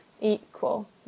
equal